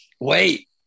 Wait